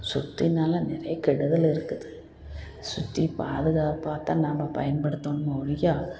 சுத்தியினால நிறைய கெடுதல் இருக்குது சுத்தி பாதுகாப்பாகதான் நம்ம பயன்படுத்தணுமே ஒழிய